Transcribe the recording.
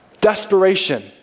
Desperation